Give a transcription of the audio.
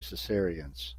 cesareans